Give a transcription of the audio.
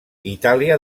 itàlia